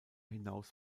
hinaus